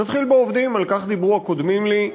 נתחיל בעובדים, על כך דיברו הקודמים לי.